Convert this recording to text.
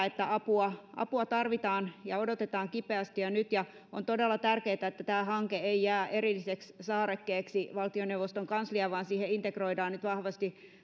että apua apua tarvitaan ja odotetaan kipeästi jo nyt ja on todella tärkeää että tämä hanke ei jää erilliseksi saarekkeeksi valtioneuvoston kansliaan vaan siihen integroidaan nyt vahvasti